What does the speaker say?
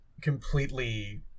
completely